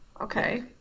Okay